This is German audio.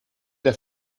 der